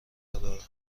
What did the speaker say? دارم